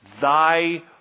Thy